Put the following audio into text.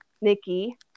Nikki